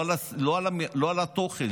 לא על התוכן,